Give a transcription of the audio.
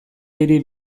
hiri